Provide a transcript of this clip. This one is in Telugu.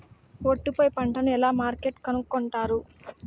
ఒట్టు పై పంటను ఎలా మార్కెట్ కొనుక్కొంటారు?